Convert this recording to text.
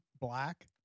black